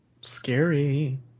Scary